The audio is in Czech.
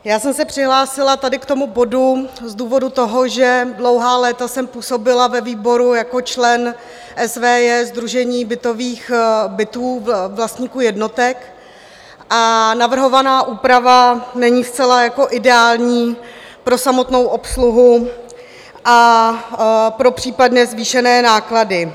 Já jsem se přihlásila tady k tomu bodu z důvodu toho, že dlouhá léta jsem působila ve výboru jako člen SVJ sdružení bytových vlastníků jednotek a navrhovaná úprava není zcela jako ideální pro samotnou obsluhu a pro případné zvýšené náklady.